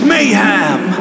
Mayhem